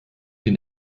den